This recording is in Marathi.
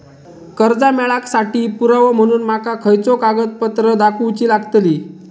कर्जा मेळाक साठी पुरावो म्हणून माका खयचो कागदपत्र दाखवुची लागतली?